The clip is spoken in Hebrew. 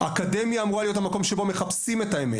אקדמיה אמורה להיות המקום שבו מחפשים את האמת,